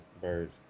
birds